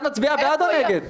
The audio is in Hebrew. את מצביעה בעד או נגד?